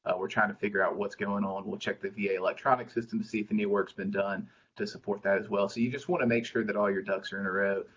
ah we're trying to figure out what's going on, we'll check the va electronic system to see if any work's been done to support that as well. so you just want to make sure that all your ducks are in a row.